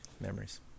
Memories